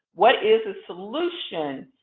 what is a solution?